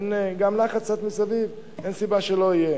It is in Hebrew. אין סיבה שלא יהיה